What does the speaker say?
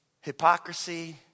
Hypocrisy